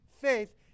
faith